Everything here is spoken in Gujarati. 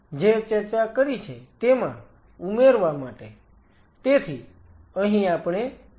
હવે આપણે જે ચર્ચા કરી છે તેમાં ઉમેરવા માટે તેથી અહીં આપણે હવે pH વિશે ચર્ચા કરી છે